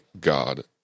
god